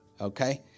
okay